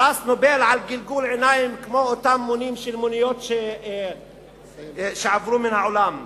פרס נובל על גלגול עיניים כמו אותם מונים של מוניות שעברו מן העולם.